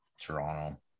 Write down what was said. Toronto